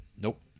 Nope